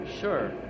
Sure